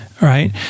right